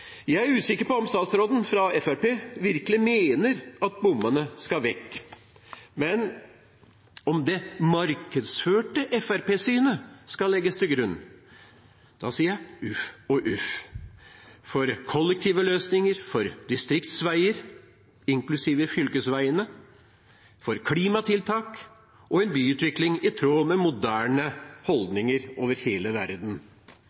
Jeg er usikker på om statsråden fra Fremskrittspartiet virkelig mener at bommene skal vekk, men om det markedsførte Fremskrittsparti-synet skal legges til grunn. Da sier jeg uff og uff – for kollektive løsninger, for distriktsveier, inklusiv fylkesveiene, for klimatiltak og en byutvikling i tråd med moderne holdninger over hele verden.